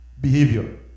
behavior